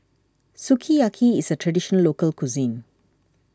Sukiyaki is a Traditional Local Cuisine